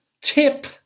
tip